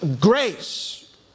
grace